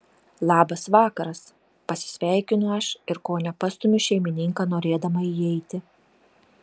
labas vakaras pasisveikinu aš ir kone pastumiu šeimininką norėdama įeiti